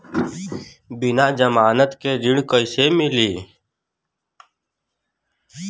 बिना जमानत के ऋण कईसे मिली?